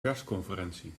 persconferentie